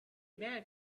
man